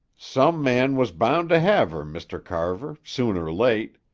some man was bound to hev her, mr. carver, soon or late.